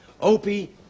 Opie